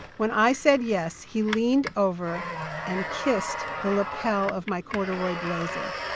when i said yes, he leaned over and kissed the lapel of my corduroy blazer.